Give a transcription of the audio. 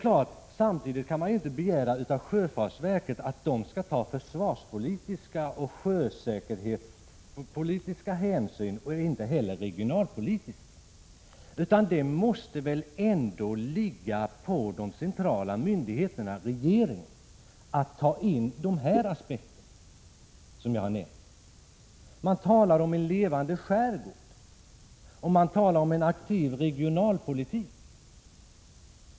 Men samtidigt kan man inte begära av sjöfartsverket att detta skall ta försvarspolitiska, sjösäkerhetspolitiska och inte heller regionalpolitiska hänsyn. Det måste väl ligga på regeringen att ta med i beräkningen de aspekter som jag har nämnt. Man talar om en levande skärgård och om en aktiv regionalpolitik.